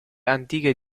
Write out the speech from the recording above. antiche